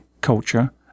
culture